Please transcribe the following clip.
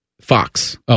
Fox